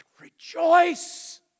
rejoice